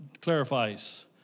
clarifies